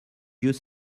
yeux